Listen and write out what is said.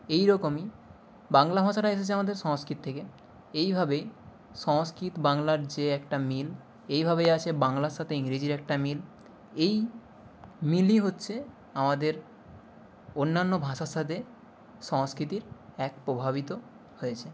এই রকমই বাংলা ভাষাটা এসেছে আমাদের সংস্কৃত থেকে এইভাবে সংস্কৃত বাংলার যে একটা মিল এইভাবেই আছে বাংলার সাথে ইংরেজির একটা মিল এই মিলই হচ্ছে আমাদের অন্যান্য ভাষার সাথে সংস্কৃতির এক প্রভাবিত হয়েছে